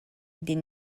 des